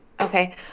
Okay